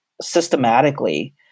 systematically